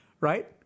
Right